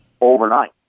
overnight